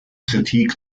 kritik